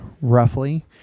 roughly